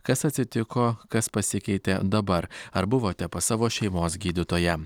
kas atsitiko kas pasikeitė dabar ar buvote pas savo šeimos gydytoją